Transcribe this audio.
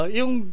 yung